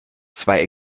zwei